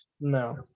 no